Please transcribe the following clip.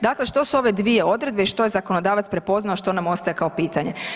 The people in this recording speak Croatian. Dakle što su ove dvije odredbe i što je zakonodavac prepoznao, što nam ostaje kao pitanje?